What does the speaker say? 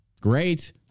Great